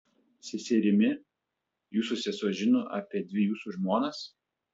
seserimi jūsų sesuo žino apie dvi jūsų žmonas